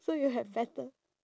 so you have better